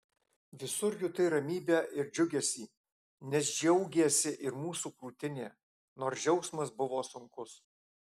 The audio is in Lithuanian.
visur jutai ramybę ir džiugesį nes džiaugėsi ir mūsų krūtinė nors džiaugsmas buvo sunkus